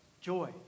Joy